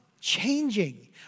Changing